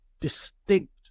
distinct